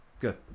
good